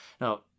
Now